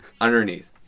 underneath